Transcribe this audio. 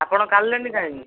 ଆପଣ କାଢ଼ିଲେନି କାହିଁକି